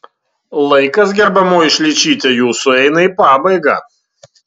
laikas gerbiamoji šličyte jūsų eina į pabaigą